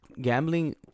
gambling